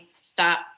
stop